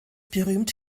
berühmt